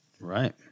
Right